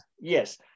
Yes